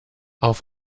auf